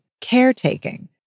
caretaking